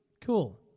cool